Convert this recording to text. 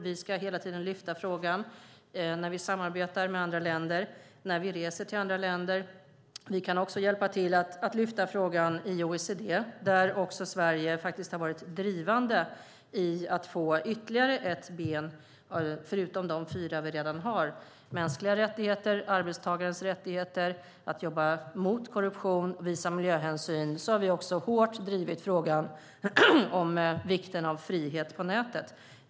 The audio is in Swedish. Vi ska hela tiden lyfta upp frågan när vi samarbetar med andra länder och när vi reser till andra länder. Vi kan också hjälpa till att lyfta upp frågan i OECD, där Sverige har varit drivande i att få ytterligare ett ben. Förutom de fyra vi redan har med mänskliga rättigheter, arbetstagares rättigheter, att jobba mot korruption och att visa miljöhänsyn har vi hårt drivit frågan om vikten av frihet på nätet.